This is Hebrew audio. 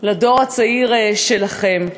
לדור הצעיר שלכם.